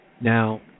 Now